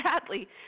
sadly